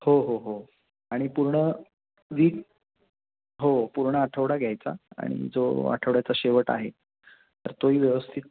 हो हो हो आणि पूर्ण वीक हो पूर्ण आठवडा घ्यायचा आणि जो आठवड्याचा शेवट आहे तर तो ही व्यवस्थित